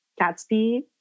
Gatsby